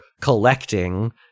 collecting